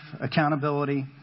accountability